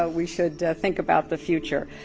ah we should think about the future.